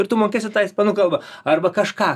ir tu mokėsi ispanų kalbą arba kažką